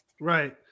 Right